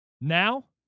Now